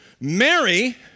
Mary